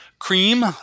Cream